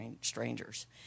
strangers